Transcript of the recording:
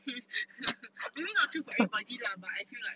maybe not true for everybody lah but I feel like